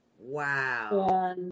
Wow